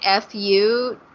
fu